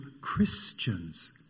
Christians